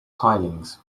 tilings